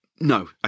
No